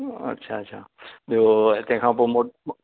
अच्छा अच्छा ॿियो तंहिंखां पोइ मो मो